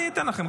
אני אתן לכם,